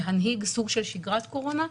להנהיג סוג של שגרת קורונה,